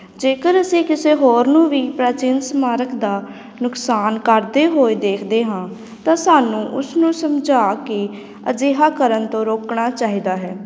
ਜੇਕਰ ਅਸੀਂ ਕਿਸੇ ਹੋਰ ਨੂੰ ਵੀ ਪ੍ਰਾਚੀਨ ਸਮਾਰਕ ਦਾ ਨੁਕਸਾਨ ਕਰਦੇ ਹੋਏ ਦੇਖਦੇ ਹਾਂ ਤਾਂ ਸਾਨੂੰ ਉਸਨੂੰ ਸਮਝਾ ਕੇ ਅਜਿਹਾ ਕਰਨ ਤੋਂ ਰੋਕਣਾ ਚਾਹੀਦਾ ਹੈ